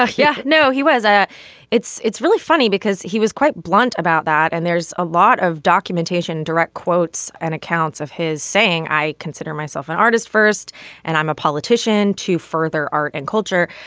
ah yeah. no he was. ah it's it's really funny because he was quite blunt about that. and there's a lot of documentation direct quotes and accounts of his saying i consider myself an artist first and i'm a politician to further art and culture.